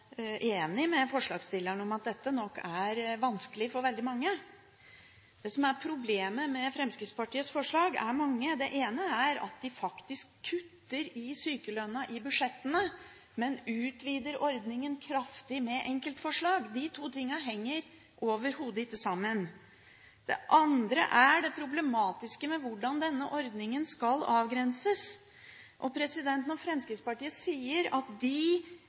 enig med forslagsstillerne i at dette er nok vanskelig for veldig mange. Problemene med Fremskrittspartiets forslag er mange. Det ene er at de faktisk kutter i sykelønnen i budsjettene, men utvider ordningen kraftig med enkeltforslag. De to tingene henger overhodet ikke sammen. Det andre er det problematiske med hvordan denne ordningen skal avgrenses. Når Fremskrittspartiet sier at de